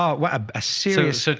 ah, a um ah serious, ah